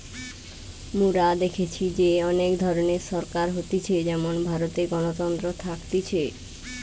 মোরা দেখেছি যে অনেক ধরণের সরকার হতিছে যেমন ভারতে গণতন্ত্র থাকতিছে